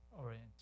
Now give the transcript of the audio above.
Orient